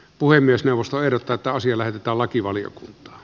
puhemiesneuvosto ehdottaa että asia lähetetään lakivaliokuntaan